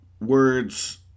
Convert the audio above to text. words